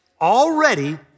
already